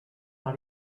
par